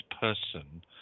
person